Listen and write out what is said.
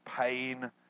pain